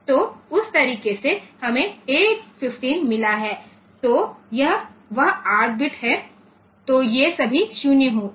तो उस तरीके से हमें A15 मिला है तो वह 8 बिट है तो ये सभी 0 हैं